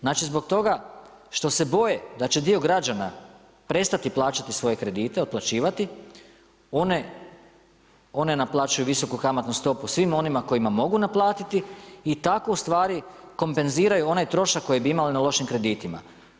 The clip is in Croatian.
Znači zbog toga što se boje da će dio građana prestati plaćati svoje kredite, otplaćivati, one naplaćuju visoku kamatnu stopu svima onima kojima mogu naplatiti i tako ustvari kompenziraju onaj trošak koji bi imale na lošim kreditima.